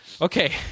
Okay